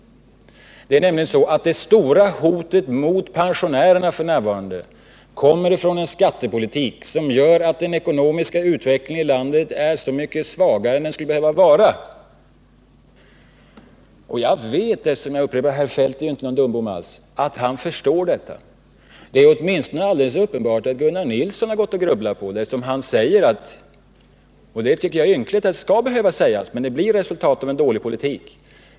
Det är nämligen så, att det stora hotet mot pensionärerna f. n. kommer från en skattepolitik som gör att den ekonomiska utvecklingen i landet är så mycket svagare än vad den skulle behöva vara. Jag vet att herr Feldt, eftersom han inte alls — jag upprepar det — är någon dumbom, förstår detta. Det är åtminstone alldeles uppenbart att Gunnar Nilsson har gått och grubblat på detta, eftersom han säger att det kanske blir så att löftena till pensionärerna inte kan infrias.